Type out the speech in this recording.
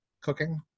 cooking